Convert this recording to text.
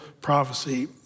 prophecy